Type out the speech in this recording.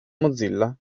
mozilla